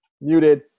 muted